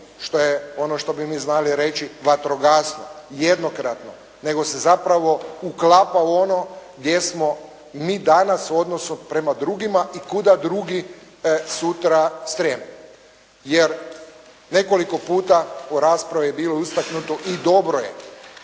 što je ono što bi mi znali reći vatrogasno, jednokratno, nego se zapravo uklapa u ono gdje smo mi danas u odnosu prema drugima i kuda drugi sutra streme jer nekoliko puta u raspravi je bilo istaknuto i dobro je